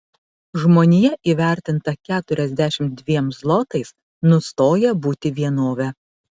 žmonija įvertinta keturiasdešimt dviem zlotais nustoja būti vienove